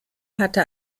hatte